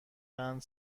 بند